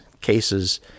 cases